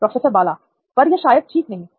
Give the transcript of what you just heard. professor Bala पर यह शायद ठीक नहीं है